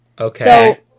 Okay